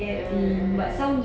mm mm mm